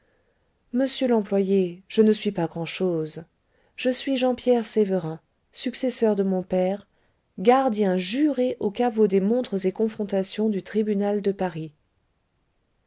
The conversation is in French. monsieur l'employé je ne suis pas grand'chose je suis jean pierre sévérin successeur de mon père gardien juré au caveau des montres et confrontations du tribunal de paris